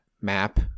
map